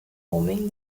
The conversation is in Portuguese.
homem